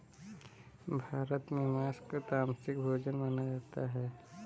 भारत में माँस को तामसिक भोजन माना जाता है